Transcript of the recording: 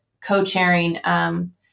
co-chairing